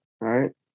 right